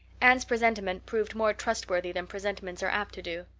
anne's presentiment proved more trustworthy than presentiments are apt to do.